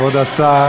הכנסת,